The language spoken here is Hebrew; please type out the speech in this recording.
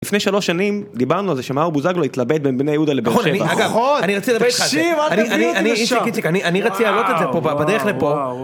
לפני שלוש שנים, דיברנו על זה שמאור בוזגלו התלבט בין בני יהודה לבאר שבע. - נכון, אגב - אני רציתי לדבר, - תקשיבי אל תביאו אותי לשם. - איציק אני רציתי להעלות את זה בדרך לפה. - וואו וואוו